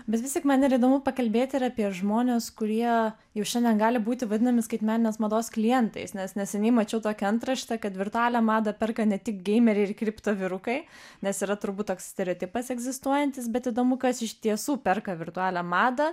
bet vis tiek man ir įdomu pakalbėti apie žmones kurie jau šiandien gali būti vadinami skaitmeninės mados klientais nes neseniai mačiau tokią antraštę kad virtualią madą perka ne tik geimeriai ir kripto vyrukai nes yra turbūt toks stereotipas egzistuojantis bet įdomu kas iš tiesų perka virtualią madą